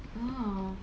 ya